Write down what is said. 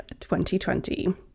2020